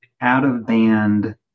out-of-band